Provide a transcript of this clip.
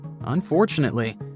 Unfortunately